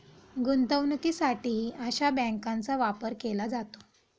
गुंतवणुकीसाठीही अशा बँकांचा वापर केला जातो